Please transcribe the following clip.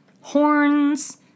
horns